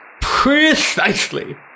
Precisely